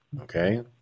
Okay